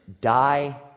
die